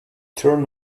turn